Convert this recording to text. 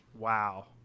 Wow